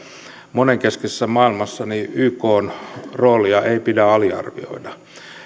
monenkeskisessä maailmassa ykn roolia ei pidä aliarvioida